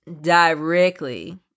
directly